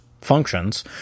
functions